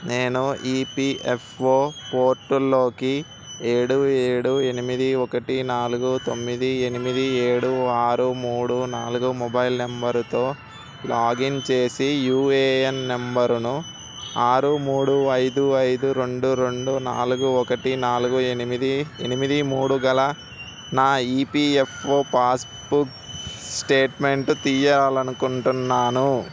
నేను ఈపీఎఫ్ఓ పోర్టల్లోకి ఏడు ఏడు ఎనిమిది ఒకటి నాలుగు తొమ్మిది ఎనిమిది ఏడు ఆరు మూడు నాలుగు మొబైల్ నంబరుతో లాగిన్ చేసి యూఏఎన్ నంబరును ఆరు మూడు ఐదు ఐదు రెండు రెండు నాలుగు ఒకటి నాలుగు ఎనిమిది ఎనిమిది మూడు గల నా ఈపీఎఫ్ఓ పాస్బుక్ స్టేట్మెంట్ తీయాలనుకుంటున్నాను